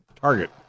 Target